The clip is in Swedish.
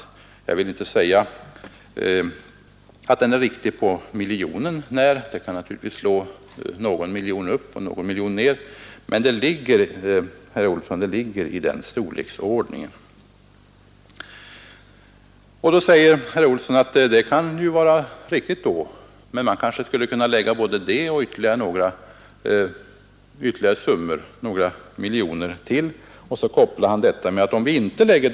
Jag vill inte säga att den är riktig på miljonen när — beräkningarna kan givetvis slå fel på någon miljon uppåt eller nedåt — men summan ligger i den storleksordningen, herr Olsson. Då säger herr Olsson att det kan vara riktigt, och att vi kanske t.o.m. kunde lägga till ytterligare några miljoner kronor på detta; men sedan kopplar han ihop det med frågan om vägarna.